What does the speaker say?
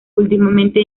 últimamente